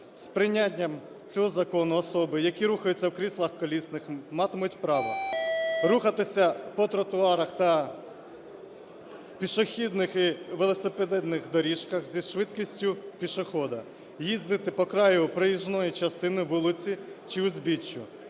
З прийняттям цього закону особи, які рухаються в кріслах колісних, матимуть право рухатися по тротуарах та пішохідних і велосипедних доріжках зі швидкість пішохода, їздити по краю проїзної частини, вулиці чи узбіччю.